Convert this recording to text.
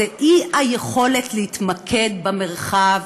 היא אי-יכולת להתמקד במרחב,